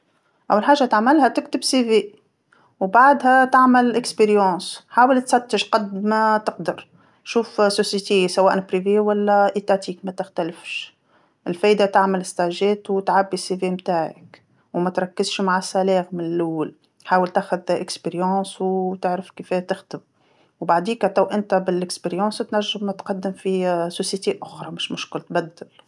أول حاجة تعملها تكتب سي في، وبعدها تعمل تجربة، حاول تستش قد ما تقدر، شوف شركة سواء خاص ولا للدولة ما تختلفش، الفايدة تعمل تربصات وتعبي السي في متاعك، وما تركزش مع الأجرة من اللول، حاول تاخذ تجربة وتعرف كيفاه تخدم، وبعديكا تو انت بالتجربة تنجم تقدم في شركات أخرى مش مشكل تبدل.